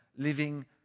living